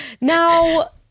now